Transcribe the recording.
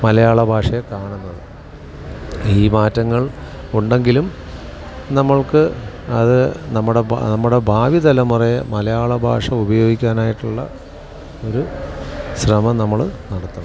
മലയാള ഭാഷയെ കാണുന്നത് ഈ മാറ്റങ്ങൾ ഉണ്ടെങ്കിലും നമ്മൾക്ക് അത് നമ്മുടെ ഭാഷ നമ്മുടെ ഭാവി തലമുറയെ മലയാള ഭാഷ ഉപയോഗിക്കാനായിട്ടുള്ള ഒരു ശ്രമം നമ്മൾ നടത്തണം